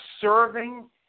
serving